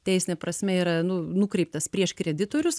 teisine prasme yra nu nukreiptas prieš kreditorius